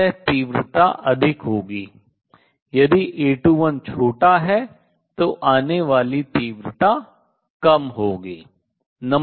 अत तीव्रता अधिक होगी यदि A21 छोटा है तो आने वाली तीव्रता कम होगी